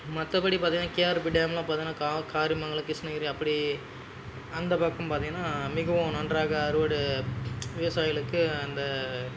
மற்றபடி பார்த்திங்கனா கேஆர்பி டேம்லாம் பார்த்திங்கனா கா காரிமங்கலம் கிருஷ்ணகிரி அப்படி அந்த பக்கம் பார்த்திங்கனா மிகவும் நன்றாக அறுவடை விவசாயிகளுக்கு அந்த